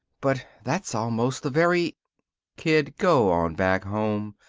but that's almost the very kid, go on back home.